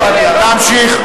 להמשיך.